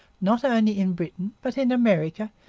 not only in britain, but in america,